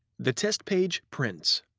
the test page prints.